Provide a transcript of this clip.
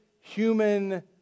human